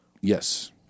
yes